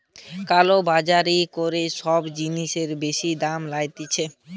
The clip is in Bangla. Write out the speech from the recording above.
কালো বাজারি করে সব জিনিসের বেশি দাম লইতেছে